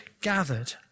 gathered